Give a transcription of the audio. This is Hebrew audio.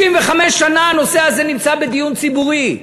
65 שנה הנושא הזה נמצא בדיון ציבורי.